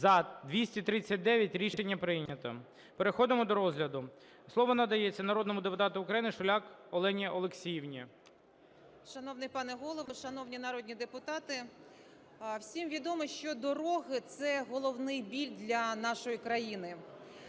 За-239 Рішення прийнято. Переходимо до розгляду. Слово надається народному депутату України Шуляк Олені Олексіївні. 16:55:30 ШУЛЯК О.О. Шановний, пане Голово, шановні народні депутати, всім відомо, що дороги – це головний біль для нашої країни.